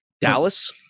Dallas